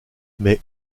mais